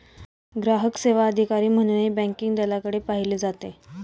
ग्राहक सेवा अधिकारी म्हणूनही बँकिंग दलालाकडे पाहिले जाते